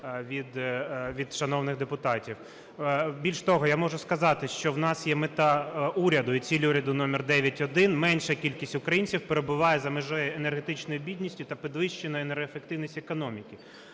Більше того, я можу сказати, що в нас є мета уряду і ціль уряду номер 9.1: менша кількість українців перебуває за межею енергетичної бідності та підвищена енергоефективність економіки.